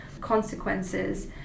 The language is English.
consequences